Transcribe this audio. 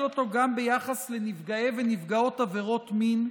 אותו גם ביחס לנפגעי ונפגעות עבירות מין,